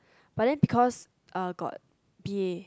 but then because uh got b_a